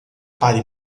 pare